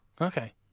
okay